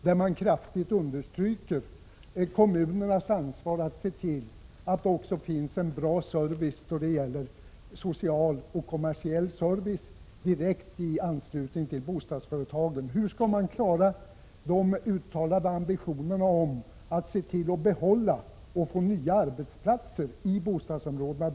Den understryker ju kraftigt kommunernas ansvar att se till att det finns tillgång till bra social och kommersiell service i direkt anslutning till bostäderna. Hur skall man klara de uttalade ambitionerna att behålla och se till att det blir nya arbetsplatser i bostadsområdena?